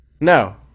No